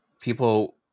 People